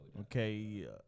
Okay